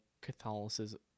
Catholicism